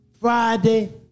Friday